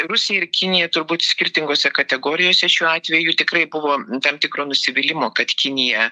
rusija ir kinija turbūt skirtingose kategorijose šiuo atveju tikrai buvo tam tikro nusivylimo kad kinija